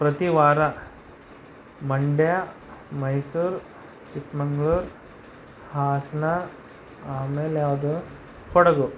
ಪ್ರತಿ ವಾರ ಮಂಡ್ಯ ಮೈಸೂರು ಚಿಕ್ಕಮಗಳೂರು ಹಾಸನ ಆಮೇಲೆ ಯಾವುದು ಕೊಡಗು